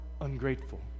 ungrateful